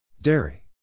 Dairy